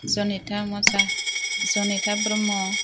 Janita Musahary Janita Brahma